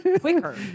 quicker